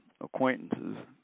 acquaintances